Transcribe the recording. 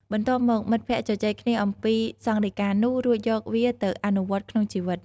បន្ទាប់មក មិត្តភក្តិជជែកគ្នាអំពីសង្ឃដីកានោះ រួចយកវាទៅអនុវត្តក្នុងជីវិត។